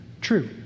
true